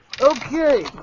Okay